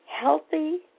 healthy